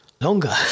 longer